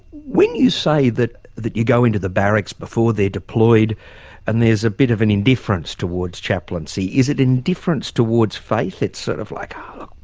when you say that that you go into the barracks before they're deployed and there's a bit of an indifference towards chaplaincy. is it indifference towards faith? it's sort of like ah oh